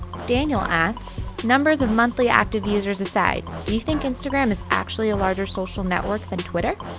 daniel asks, numbers of monthly active users aside, do you think instagram is actually a larger social network than twitter?